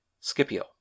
Scipio